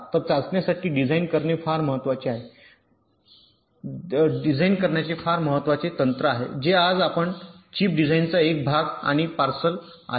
तर चाचण्यांसाठी डिझाइन करणे फार महत्वाचे तंत्र आहे जे आज चिप डिझाइनचा एक भाग आणि पार्सल आहे